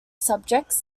subjects